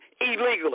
illegally